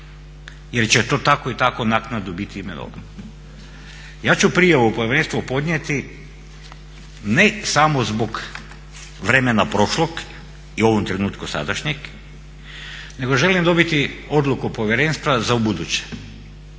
jer će to tako i tako naknadno biti imenovano. Ja ću prijavu povjerenstvu podnijeti ne samo zbog vremena prošlog i u ovom trenutku sadašnjeg nego želim dobiti odluku povjerenstva za ubuduće.